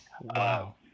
Wow